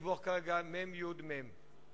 שלוש אותיות חסרו בדיווח: מ"ם, יו"ד, מ"ם.